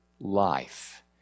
life